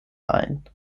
ajn